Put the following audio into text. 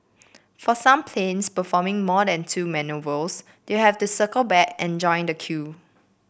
for some planes performing more than two manoeuvres they have to circle back and join the queue